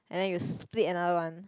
and then you split another one